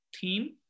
theme